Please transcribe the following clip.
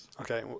Okay